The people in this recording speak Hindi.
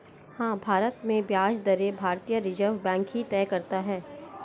हाँ, भारत में ब्याज दरें भारतीय रिज़र्व बैंक ही तय करता है